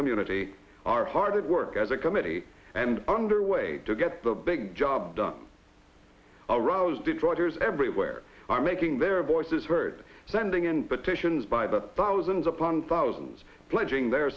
community are hard at work as a committee and underway to get the big job done arose detroiters everywhere are making their voices heard sending in petitions by the thousands upon thousands pledging their